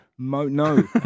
No